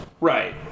Right